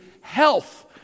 health